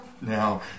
now